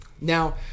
Now